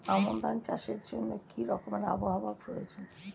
আমন ধান চাষের জন্য কি রকম আবহাওয়া প্রয়োজন?